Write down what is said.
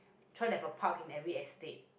try to have a park in every estate